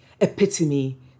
epitome